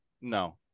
no